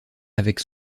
avec